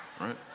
right